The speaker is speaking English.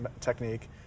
technique